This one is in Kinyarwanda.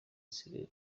nsigaje